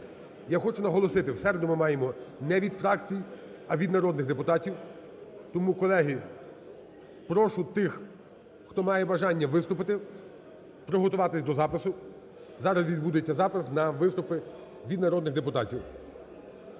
Я хочу наголосити, в середу ми маємо не від фракцій, а від народних депутатів. Тому, колеги, прошу тих, хто має бажання виступити приготуватись до запису. Зараз відбудеться запис на виступи від народних депутатів.